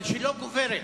אבל שלו גוברת,